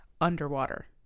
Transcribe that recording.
underwater